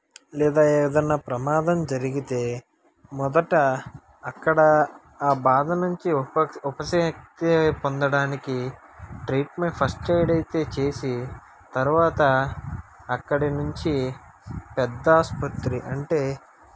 లేదా ఏదైనా ప్రమాదం జరిగితే మొదట అక్కడ ఆ బాధ నుంచి ఉప ఉపశక్తి పొందడానికి ట్రీట్మెంట్ ఫస్ట్ ఎయిడ్ అయితే చేసి తర్వాత అక్కడి నుంచి పెద్ద ఆసుపత్రి అంటే